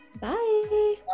Bye